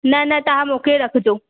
न न तव्हां मोकिले रखिजो